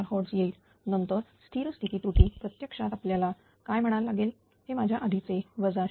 024 Hz येईल नंतर स्थिर स्थिती त्रुटी प्रत्यक्षात आपल्याला काय म्हणा लागेल हे माझ्या आधीचे 0